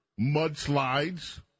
mudslides